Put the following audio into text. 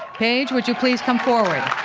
paige, would you please come forward.